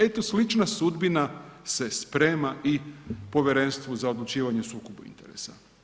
Eto slična sudbina se sprema i Povjerenstvu za odlučivanje o sukobu interesa.